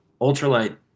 ultralight